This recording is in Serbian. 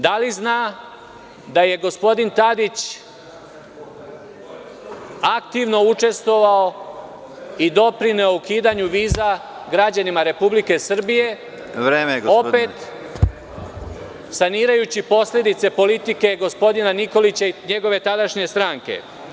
Da li zna da je gospodin Tadić aktivno učestvovao i doprineo ukidanju viza građanima Republike Srbije, opet sanirajući posledice politike gospodina Nikolića i njegove tadašnje stranke?